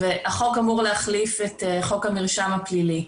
החוק אמור להחליף את חוק המרשם הפלילי.